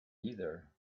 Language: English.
either